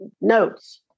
notes